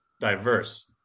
diverse